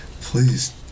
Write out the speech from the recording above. Please